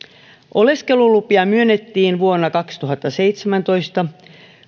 oleskelulupia myönnettiin kolmenakymmenenäkolmenatuhantenakuutenasatanaseitsemänäkymmenenäneljänä vuonna kaksituhattaseitsemäntoista